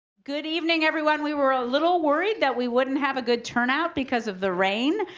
good evening, everyone. we were a little worried that we wouldn't have a good turnout, because of the rain.